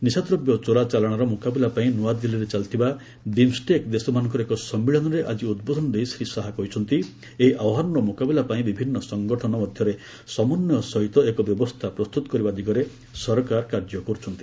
ନିଶାଦ୍ରବ୍ୟ ଚୋରଚାଲାଣର ମୁକାବିଲା ପାଇଁ ନୂଆଦିଲ୍ଲୀରେ ଚାଲିଥିବା ବିମ୍ଷ୍ଟେକ୍ ଦେଶମାନଙ୍କର ଏକ ସମ୍ମିଳନୀରେ ଆଜି ଉଦ୍ବୋଧନ ଦେଇ ଶ୍ରୀ ଶାହା କହିଛନ୍ତି ଏହି ଆହ୍ୱାନର ମୁକାବିଲା ପାଇଁ ବିଭିନ୍ନ ସଂଗଠନ ମଧ୍ୟରେ ସମନ୍ୱୟ ସହିତ ଏକ ବ୍ୟବସ୍ଥା ପ୍ରସ୍ତୁତ କରିବା ଦିଗରେ ସରକାର ପଦକ୍ଷେପ ନେଉଛନ୍ତି